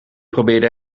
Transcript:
probeerde